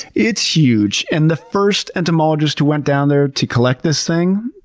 it's huge! and the first entomologists who went down there to collect this thing,